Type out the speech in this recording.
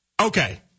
Okay